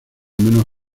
menos